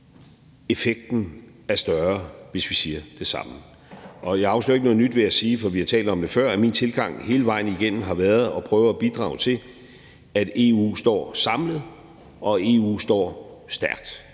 effekten er større, hvis vi siger det samme. Jeg afslører ikke noget nyt ved at sige – for vi har talt om det før – at min tilgang hele vejen igennem har været at prøve at bidrage til, at EU står samlet, og at EU står stærkt.